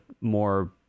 more